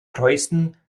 preußen